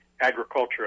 agriculture